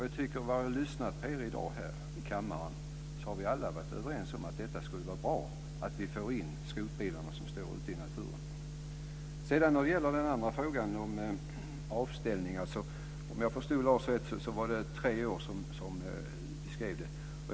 Jag tycker att vi alla i kammaren har varit överens om att det skulle vara bra att få in skrotbilarna som står ute i naturen. Sedan till frågan om avställning. Om jag förstod frågan rätt är det tre år som Lars Lindblad nämnde.